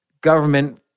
government